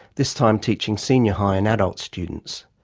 this time teaching senior high and adult students.